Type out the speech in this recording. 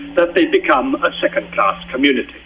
that they've become a second-class community.